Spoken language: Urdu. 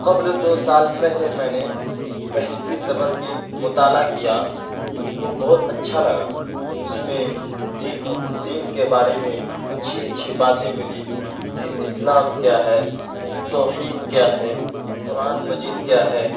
قبل دو سال پہلے میں نے بہشتی زیور کی مطالعہ کیا تو ہم کو بہت اچھا لگا اس میں دین کے بارے میں اچھی اچھی باتیں ملی کہ اسلام کیا ہے توحید کیا ہے قرآن مجید کیا ہے